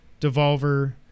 Devolver